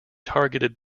targeted